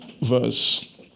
verse